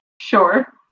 Sure